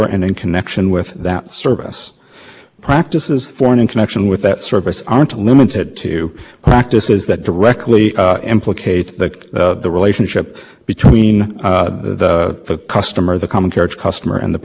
clear that the only purpose of taking jurisdiction over these disputes is to protect the consumer experience at the end you back old fashioned great regulation the telephone companies and all the other common carrier